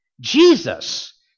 Jesus